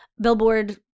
billboard